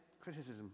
criticism